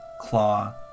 claw